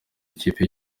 ikipe